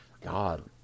God